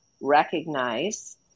recognize